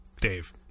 Dave